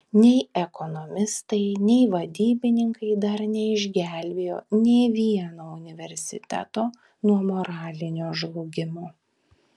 nei ekonomistai nei vadybininkai dar neišgelbėjo nei vieno universiteto nuo moralinio žlugimo